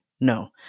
No